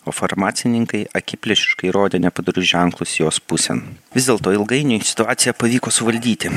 o farmacininkai akiplėšiškai rodė nepadorius ženklus jos pusėn vis dėlto ilgainiui situaciją pavyko suvaldyti